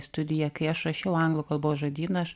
studiją kai aš rašiau anglų kalbos žodyną aš